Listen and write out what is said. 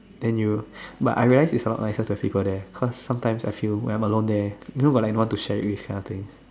then you but I realize is not nicer to have people there cause sometimes I feel when I'm alone there you know got like no one to share with that kind of thing